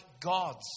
gods